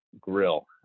grill